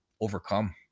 overcome